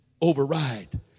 override